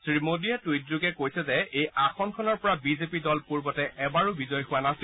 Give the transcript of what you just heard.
শ্ৰীমোদীয়ে টুইটযোগে কৈছে যে এই আসনখনৰ পৰা দল পূৰ্বতে এবাৰো বিজয় হোৱা নাছিল